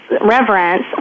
reverence